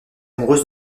amoureuse